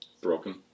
Broken